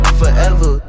forever